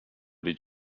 did